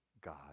god